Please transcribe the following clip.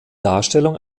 darstellung